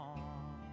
on